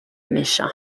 méchant